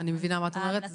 מבינה מה את אומרת.